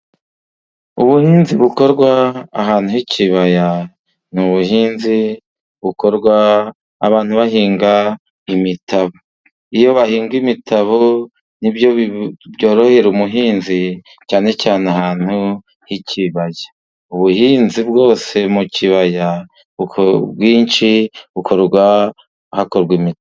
Ubuhinzi bukorwa ahantu h'ikibaya, ni ubuhinzi bukorwa abantu bahinga imitabo. Iyo bahinga imitabo ni byo byorohera umuhinzi, cyane cyane ahantu h'ikibaya. Ubuhinzi bwose mu kibaya, ubwinshi bukorwa hakorwa imitabo.